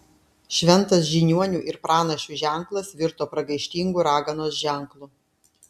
šventas žiniuonių ir pranašių ženklas virto pragaištingu raganos ženklu